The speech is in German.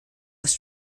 erst